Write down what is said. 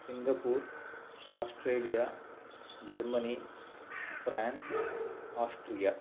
Singapore Australia Germany France Austria